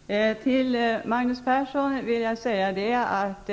Fru talman! Till Magnus Persson vill jag säga att